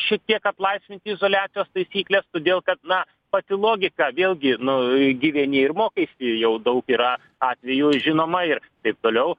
šiek tiek atlaisvint izoliacijos taisykles todėl kad na pati logika vėlgi nu gyveni ir mokaisi jau daug yra atvejų žinoma ir taip toliau